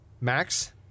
Max